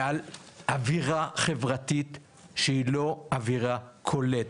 ועל אווירה חברתית שהיא לא אוירה קולטת,